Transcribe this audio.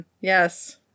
Yes